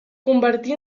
convertí